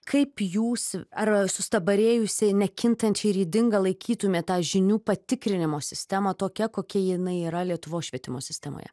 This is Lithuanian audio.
kaip jūs ar sustabarėjusiai nekintančią ir ydingą laikytumėt tą žinių patikrinimo sistemą tokia kokia jinai yra lietuvos švietimo sistemoje